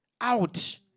out